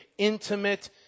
intimate